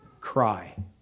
cry